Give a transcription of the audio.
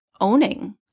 owning